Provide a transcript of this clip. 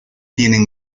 tienen